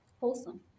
Wholesome